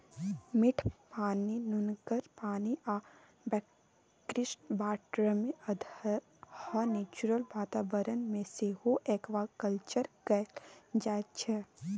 मीठ पानि, नुनगर पानि आ ब्रेकिसवाटरमे अधहा नेचुरल बाताबरण मे सेहो एक्वाकल्चर कएल जाइत छै